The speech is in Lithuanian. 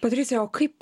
patricija o kaip